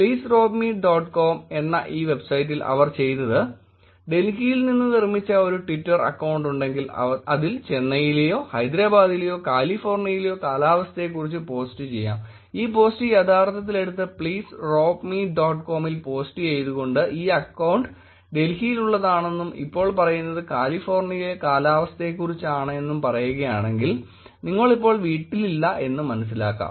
please rob me dot com എന്ന ഈ വെബ്സൈറ്റിൽ അവർ ചെയ്തത് ഡൽഹിയിൽ നിന്ന് നിർമിച്ച ഒരു ട്വിറ്റര് അക്കൌണ്ട് ഉണ്ടെങ്കിൽ അതിൽ ചെന്നൈയിലെയോ ഹൈദെരാബാദിലെയോ കാലിഫോര്ണിയയിലെയോ കാലാവസ്ഥയെക്കുറിച്ച് പോസ്റ്റ് ചെയ്യാം ഈ പോസ്റ്റ് യഥാർത്ഥത്തിൽ എടുത്ത് please rob me dot com ൽ പോസ്റ്റ് ചെയ്തുകൊണ്ട് ഈ അക്കൌണ്ട് ഡൽഹിയിൽ ഉള്ളതാണെന്നും ഇപ്പോൾ പറയുന്നത് കാലിഫോർണിയയിലെ കാലാവസ്ഥയെക്കുറിച്ചാണെന്നും പറയുകയാണെങ്കിൽ നിങ്ങൾ ഇപ്പോൾ വീട്ടിലില്ല എന്ന മനസിലാക്കാം